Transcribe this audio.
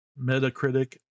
Metacritic